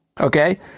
Okay